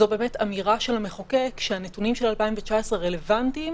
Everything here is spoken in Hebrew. זו אמירה של המחוקק שהנתונים של 2019 רלוונטיים